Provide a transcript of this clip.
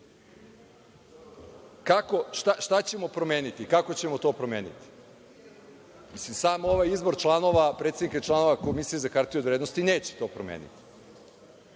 šta ćemo promeniti, kako ćemo to promeniti? Sam ovaj izbor članova, predsednika i članova Komisije za hartije od vrednosti neće to promeniti.